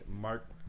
Mark